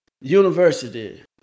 university